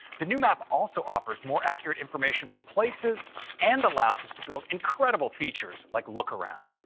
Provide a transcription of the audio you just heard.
the new map also offers more accurate information for places and allows us to build incredible features like look around.